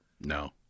No